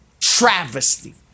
travesty